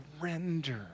surrender